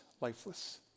lifeless